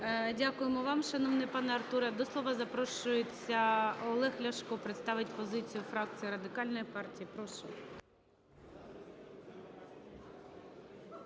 Дякуємо вам, шановний пане Артуре. До слова запрошується Олег Ляшко. Представить позицію фракції Радикальної партії. Прошу.